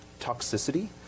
toxicity